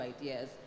ideas